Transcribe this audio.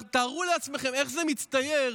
תארו לעצמכם איך זה מצטייר